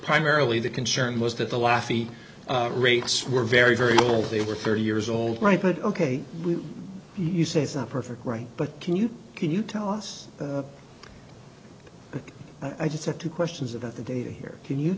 primarily the concern was that the last feet rates were very very old they were thirty years old right but ok you say it's not perfect right but can you can you tell us i just have two questions about the data here can you